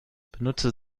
benutzer